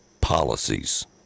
policies